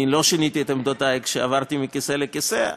אני לא שיניתי את עמדותי כשעברתי מכיסא לכיסא,